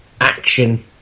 action